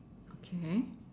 okay